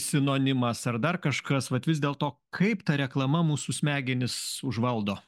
sinonimas ar dar kažkas vat vis dėl to kaip ta reklama mūsų smegenis užvaldo